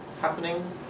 happening